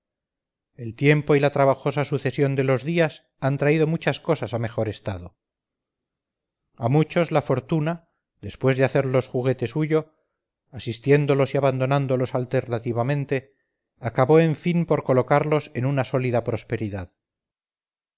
el tiempo y la trabajosa sucesión de los días han traído muchas cosas a mejor estado a muchos la fortuna después de hacerlos juguete suyo asistiéndolos y abandonándolos alternativamente acabó en fin por colocarlos en una sólida prosperidad